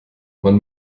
man